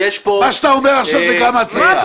מה שאתה אומר עכשיו זו גם הצגה.